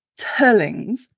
Turlings